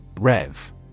Rev